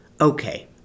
Okay